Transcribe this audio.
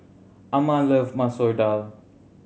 Amma love Masoor Dal